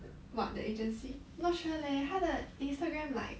what the agency not sure leh 他的 Instagram like